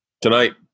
Tonight